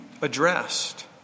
addressed